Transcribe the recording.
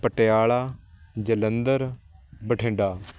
Patiala Jalandhar Bathinda